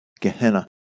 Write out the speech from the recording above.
Gehenna